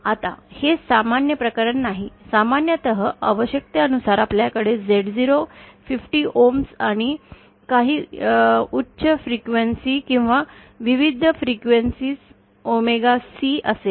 आता हे सामान्य प्रकरण नाही सामान्यत आवश्यकतेनुसार आपल्याकडे Z0 50 ओहम आणि काही उच्च वारंवारता किंवा विविध वारंवारतेवर ओमेगा C असेल